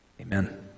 Amen